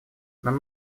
нам